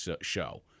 show